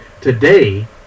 today